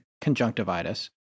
conjunctivitis